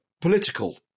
political